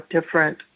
different